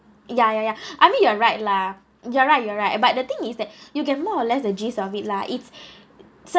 ya ya ya I mean you're right lah you're right you're right but the thing is that you get more or less the gist of it lah it's